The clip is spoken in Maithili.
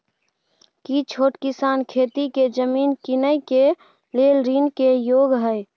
की छोट किसान खेती के जमीन कीनय के लेल ऋण के योग्य हय?